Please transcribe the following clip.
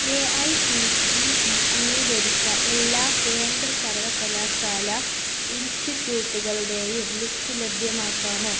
A I C T E അംഗീകരിച്ച എല്ലാ കേന്ദ്ര സർവകലാശാല ഇൻസ്റ്റിറ്റ്യൂട്ടുകളുടെയും ലിസ്റ്റ് ലഭ്യമാക്കാമോ